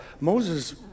Moses